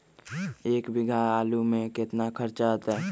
एक बीघा आलू में केतना खर्चा अतै?